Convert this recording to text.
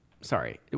sorry